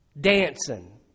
dancing